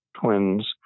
twins